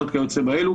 וכיוצא באלו.